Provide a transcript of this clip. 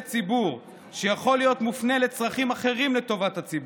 ציבור שיכולים להיות מופנים לצרכים אחרים לטובת הציבור.